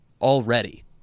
already